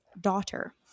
daughter